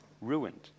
ruined